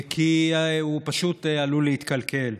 כי הוא פשוט עלול להתקלקל,